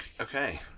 Okay